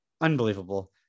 Unbelievable